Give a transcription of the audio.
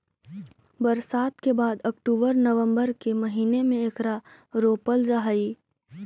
बरसात के बाद अक्टूबर नवंबर के महीने में एकरा रोपल जा हई